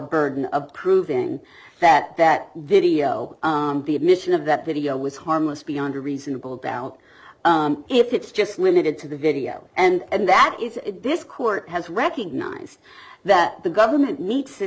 burden of proving that that video the admission of that video was harmless beyond reasonable doubt if it's just limited to the video and that is this court has recognized that the government needs